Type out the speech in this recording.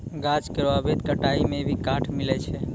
गाछ केरो अवैध कटाई सें भी काठ मिलय छै